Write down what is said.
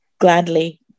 gladly